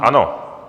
Ano.